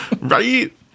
Right